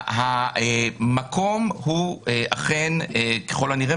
המקום הוא אכן ככל הנראה,